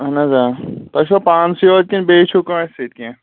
اَہَن حظ آ تۄہہِ چھُوا پانسٕے یوت کِنہٕ بیٚیہِ چھُو کٲنٛسہِ سۭتۍ کیٚنٛہہ